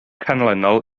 canlynol